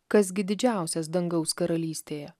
kas gi didžiausias dangaus karalystėje